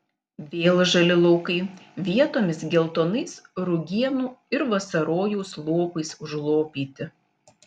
vėl žali laukai vietomis geltonais rugienų ir vasarojaus lopais užlopyti